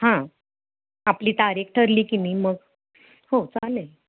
हां आपली तारीख ठरली की मी मग हो चालेल